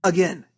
Again